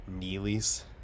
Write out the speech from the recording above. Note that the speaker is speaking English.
Neely's